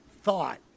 thought